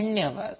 धन्यवाद